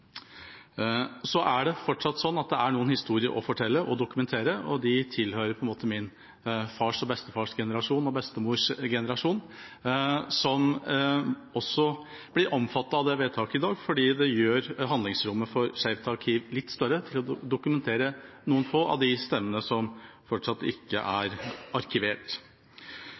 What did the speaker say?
Det er fortsatt sånn at det er noen historier å fortelle og dokumentere, og de tilhører på en måte min fars generasjon og bestefar og bestemors generasjon, som også blir omfattet av vedtaket i dag, fordi det gjør handlingsrommet for Skeivt arkiv litt større til å dokumentere noen få av de stemmene som fortsatt ikke er arkivert.